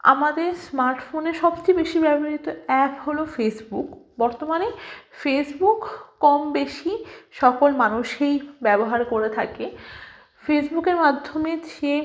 আমাদের স্মার্টফোনে সবচেয়ে বেশি ব্যবহৃত অ্যাপ হলো ফেসবুক বর্তমানে ফেসবুক কম বেশি সকল মানুষেই ব্যবহার করে থাকে ফেসবুকের মাধ্যমে সে